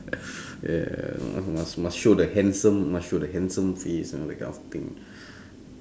ya must must must show the handsome must show the handsome face ah that kind of thing